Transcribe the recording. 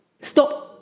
stop